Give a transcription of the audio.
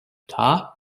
tar